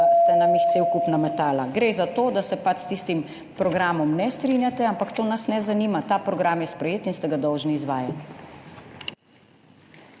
vi tukaj cel kup nametali. Gre za to, da se pač s tistim programom ne strinjate, ampak to nas ne zanima. Ta program je sprejet in ste ga dolžni izvajati.